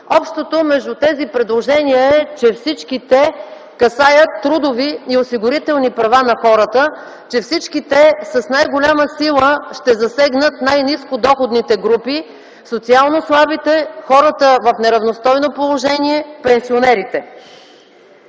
Общото между тези предложения е, че всички те касаят трудови и осигурителни права на хората, че всички те с най-голяма сила ще засегнат най-нискодоходните групи, социално слабите, хората в неравностойно положение, пенсионерите.